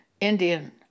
Indian